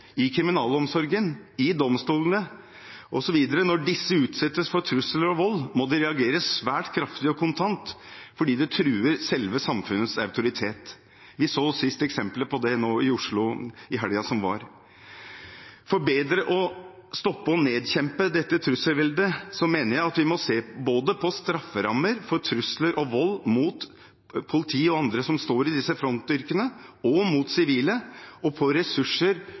utsettes for trusler og vold, må det reageres svært kraftig og kontant fordi det truer selve samfunnets autoritet. Vi så sist eksempler på det i Oslo i helgen som var. For bedre å stoppe og nedkjempe dette trusselveldet mener jeg at vi både må se på strafferammen for trusler og vold mot både politiet og andre som står i disse frontyrkene, og mot sivile, og vi må se på ressurser